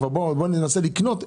לנסות לקנות אותה,